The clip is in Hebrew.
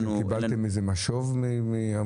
אבל קיבלתם משוב?